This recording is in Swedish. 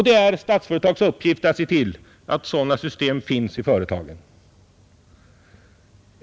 Det är Statsföretags uppgift att se till att sådana system finns i företagen.